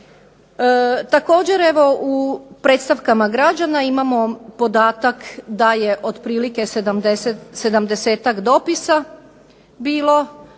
Također evo u predstavkama građana imamo podatak da je otprilike 70-ak dopisa bilo